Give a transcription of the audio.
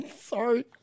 Sorry